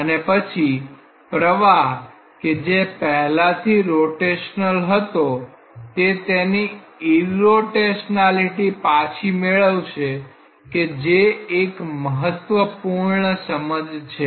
અને પછી પ્રવાહ કે જે પહેલાથી રોટેશનલ હતો તે તેની ઇરરોટેશનાલિટી પાછી મેળવશે કે જે એક મહત્વપૂર્ણ સમજ છે